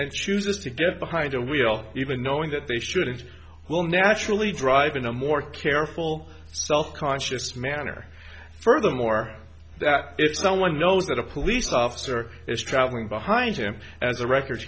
then chooses to get behind a wheel even knowing that they shouldn't will naturally drive in a more careful self conscious manner furthermore that if someone knows that a police officer is traveling behind him as a record